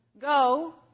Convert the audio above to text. Go